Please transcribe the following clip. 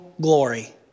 glory